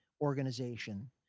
organization